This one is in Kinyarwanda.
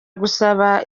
gusaba